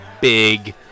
big